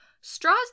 straws